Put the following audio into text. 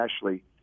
Ashley